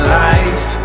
life